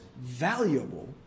valuable